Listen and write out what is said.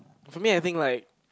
for me I think like